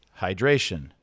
hydration